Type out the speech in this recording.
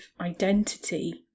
identity